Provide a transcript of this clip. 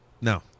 No